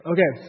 Okay